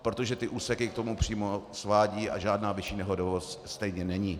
Protože ty úseky k tomu přímo svádějí a žádná vyšší nehodovost stejně není.